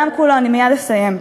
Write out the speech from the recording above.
אני מייד אסיים.